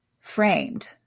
framed